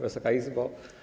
Wysoka Izbo!